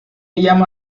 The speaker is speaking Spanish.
llama